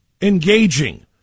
engaging